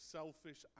selfish